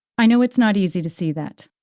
i know it's not easy to see that.